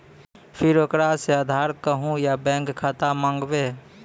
फिर ओकरा से आधार कद्दू या बैंक खाता माँगबै?